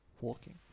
Walking